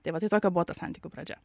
tai vat tai tokia buvo ta santykių pradžia